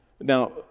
Now